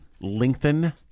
lengthen